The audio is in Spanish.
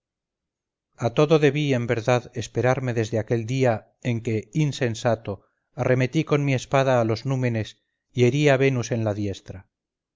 a todo debí en verdad esperarme desde aquel día en que insensato arremetí con mi espada a los númenes y herí a venus en la diestra